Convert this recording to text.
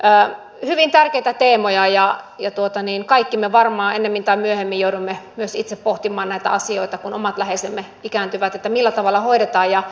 hyvin tärkeitä teemoja ja kaikki me varmaan ennemmin tai myöhemmin joudumme myös itse pohtimaan näitä asioita kun omat läheisemme ikääntyvät millä tavalla hoidetaan